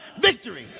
Victory